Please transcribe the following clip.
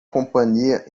companhia